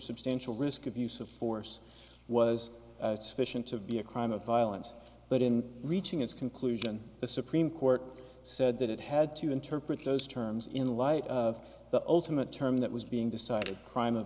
substantial risk of use of force was sufficient to be a crime of violence but in reaching its conclusion the supreme court said that it to interpret those terms in light of the ultimate term that was being decided crime of